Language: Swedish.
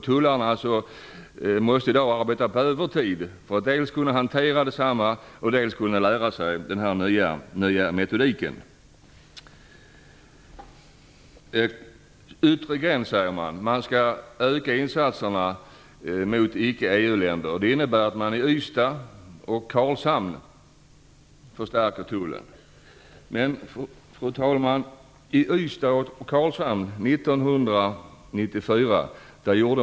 Tullarna måste i dag arbeta övertid för att hantera arbetet och lära sig den nya metoden. Det sägs att insatserna mot icke-EU-länder skall ökas. Det innebär att Tullen i Ystad och Karlshamn kommer att förstärkas.